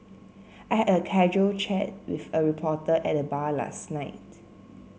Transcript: I had a casual chat with a reporter at the bar last night